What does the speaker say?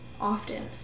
Often